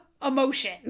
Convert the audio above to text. emotion